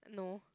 no